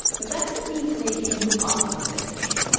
but that doesn't mean they came up with this name.